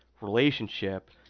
relationship